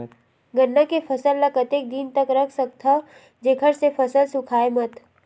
गन्ना के फसल ल कतेक दिन तक रख सकथव जेखर से फसल सूखाय मत?